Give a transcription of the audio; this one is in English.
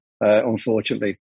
unfortunately